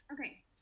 okay